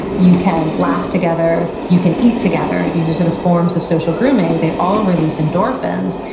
you can laugh together, you can eat together. these are sort of forms of social grooming. they all release endorphins,